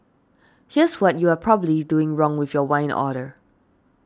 here's what you are probably doing wrong with your wine order